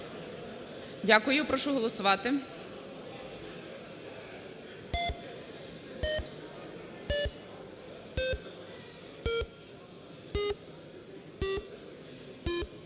Дякую. Прошу голосувати.